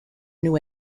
new